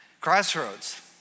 Crossroads